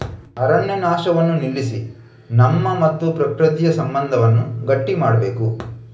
ಅರಣ್ಯ ನಾಶವನ್ನ ನಿಲ್ಲಿಸಿ ನಮ್ಮ ಮತ್ತೆ ಪ್ರಕೃತಿಯ ಸಂಬಂಧವನ್ನ ಗಟ್ಟಿ ಮಾಡ್ಬೇಕು